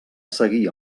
seguir